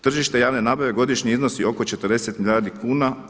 Tržište javne nabave godišnje iznosi oko 40 milijardi kuna.